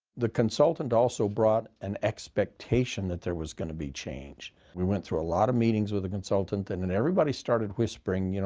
the consultant also brought an expectation that there was going to be change. we went through a lot of meetings with the consultant, and then everybody started whispering, you know